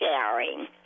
sharing